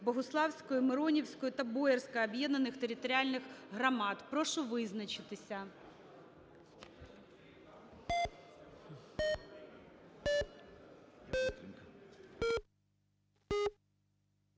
Богуславської, Миронівської та Боярської об'єднаних територіальних громад. Прошу визначитися.